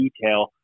detail